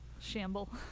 shamble